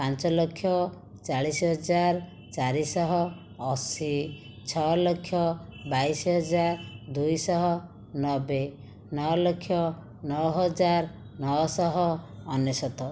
ପାଞ୍ଚଲକ୍ଷ ଚାଳିଶିହଜାର ଚାରିଶହଅଶୀ ଛଅଲକ୍ଷ ବାଇଶହଜାର ଦୁଇଶହନବେ ନଅଲକ୍ଷ ନଅହଜାର ନଅଶହ ଅନେଶତ